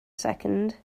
second